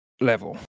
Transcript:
level